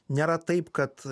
nėra taip kad